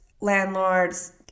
landlords